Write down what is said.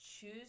choose